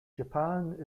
japan